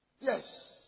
Yes